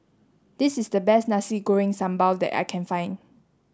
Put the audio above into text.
this is the best Nasi Goreng Sambal that I can find